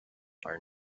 are